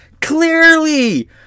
clearly